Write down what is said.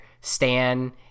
Stan